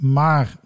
maar